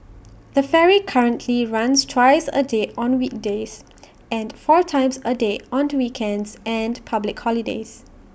the ferry currently runs twice A day on weekdays and four times A day on to weekends and public holidays